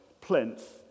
plinth